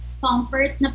comfort